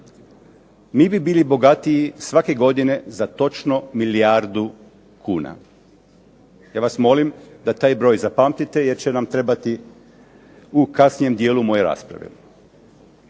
mi bi bili bogatiji svake godine za točno milijardu kuna. Ja vas molim da taj broj zapamtite jer će nam trebati u kasnijem dijelu moje rasprave.